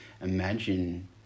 imagine